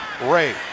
ray